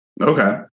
Okay